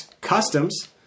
Customs